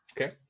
okay